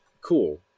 cool